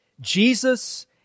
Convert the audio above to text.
Jesus